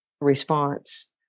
response